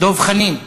דב חנין,